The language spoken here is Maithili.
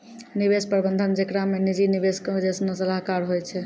निवेश प्रबंधन जेकरा मे निजी निवेशको जैसनो सलाहकार होय छै